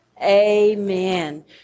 Amen